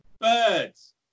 Birds